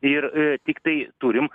ir tiktai turim